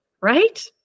right